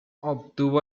obtuvo